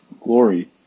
glory